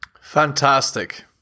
Fantastic